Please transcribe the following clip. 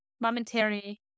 momentary